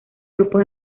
grupos